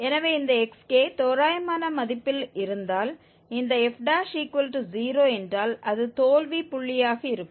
எனவே இந்த xk தோராயமான மதிப்பில் இருந்தால் இந்த f0 என்றால் அது தோல்வி புள்ளியாக இருக்கும்